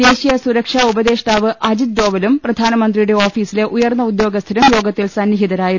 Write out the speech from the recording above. ദേശീയ സുരക്ഷാ ഉപദേഷ്ടാവ് അജിത് ഡോവലും പ്രധാനമ ന്ത്രിയുടെ ഓഫീസിലെ ഉയർന്ന ഉദ്യോഗസ്ഥരും യോഗത്തിൽ സന്നിഹിതരായിരുന്നു